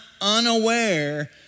unaware